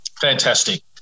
Fantastic